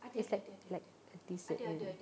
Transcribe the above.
it's like like a dessert there